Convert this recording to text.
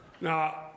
Now